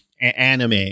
anime